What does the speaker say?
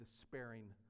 despairing